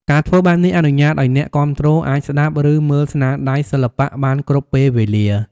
ការធ្វើបែបនេះអនុញ្ញាតឲ្យអ្នកគាំទ្រអាចស្ដាប់ ឬមើលស្នាដៃសិល្បៈបានគ្រប់ពេលវេលា។